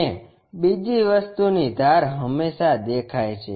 અને બીજી વસ્તુની ધાર હંમેશાં દેખાય છે